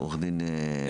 עוה"ד מועאוויה?